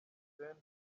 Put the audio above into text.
hussein